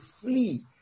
flee